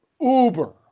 uber